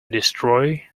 destroy